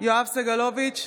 יואב סגלוביץ'